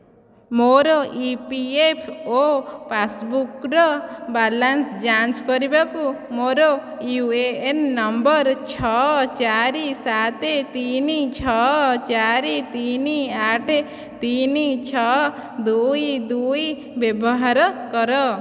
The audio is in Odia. ମୋର ଇ ପି ଏଫ୍ ଓ ପାସ୍ବୁକ୍ର ବାଲାନ୍ସ ଯାଞ୍ଚ କରିବାକୁ ମୋର ୟୁ ଏ ଏନ୍ ନମ୍ବର ଛଅ ଚାରି ସାତ ତିନି ଛଅ ଚାରି ତିନି ଆଠ ତିନି ଛଅ ଦୁଇ ଦୁଇ ବ୍ୟବହାର କର